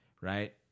Right